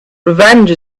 revenge